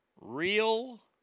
Real